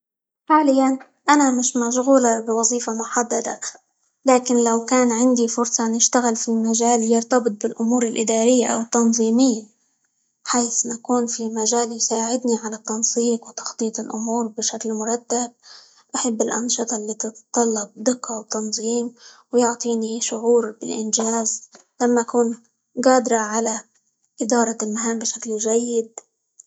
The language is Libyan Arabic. حاليًا أنا مش مشغولة بوظيفة محددة، لكن لو كان عندي فرصة نشتغل في مجال يرتبط بالأمور الإدارية، أو التنظيمية؛ حيث نكون في مجال يساعدني على التنسيق، وتخطيط الأمور بشكل مرتب، أحب الأنشطة التي تتطلب دقة، وتنظيم، ويعطيني شعور بالإنجاز لما أكون قادرة على إدارة المهام بشكل جيد.